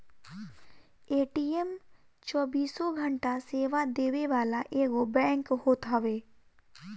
ATM चौबीसों घंटा सेवा देवे वाला एगो बैंक होत हवे